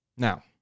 Now